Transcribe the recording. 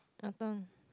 I don't